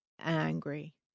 angry